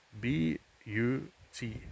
B-U-T